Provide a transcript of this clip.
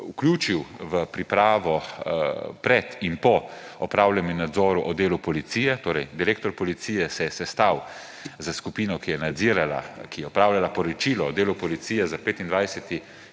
vključil v pripravo pred in po opravljenem nadzoru o delu policije. Torej direktor policije se je sestal s skupino, ki je nadzirala, ki je opravljala poročilo o delu policije za 25.